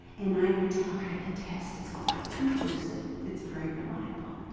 and i would tell her, the test is quite conclusive it's very reliable,